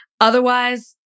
Otherwise